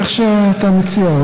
איך שאתה מציע,